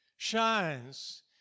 shines